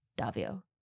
Davio